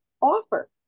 offer